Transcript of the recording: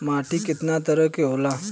माटी केतना तरह के होला?